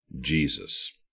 Jesus